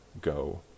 go